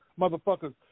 motherfuckers